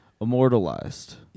immortalized